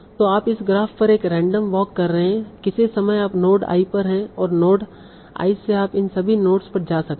तो आप इस ग्राफ पर एक रैंडम वॉक कर रहे हैं किसी समय आप नोड i पर हैं और नोड i से आप इन सभी नोड्स पर जा सकते हैं